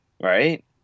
Right